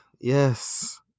Yes